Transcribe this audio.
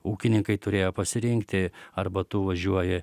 ūkininkai turėjo pasirinkti arba tu važiuoji